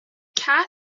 cat